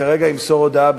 כרגע ימסור הודעה,